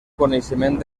coneixement